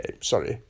Sorry